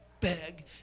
beg